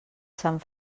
sant